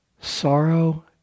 sorrow